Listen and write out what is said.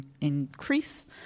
increase